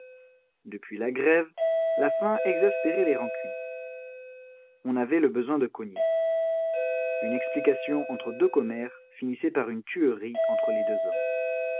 depuis la grève la faim exaspérait les rancunes on avait le besoin de cogner une explication entre deux commères finissait par une tuerie entre les deux hommes